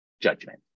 judgment